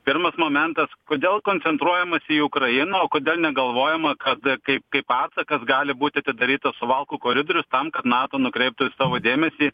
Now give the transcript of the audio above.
pirmas momentas kodėl koncentruojamasi į ukrainą o kodėl negalvojama kad kaip kaip atsakas gali būti atidarytas suvalkų koridorius tam kad nato nukreiptų savo dėmesį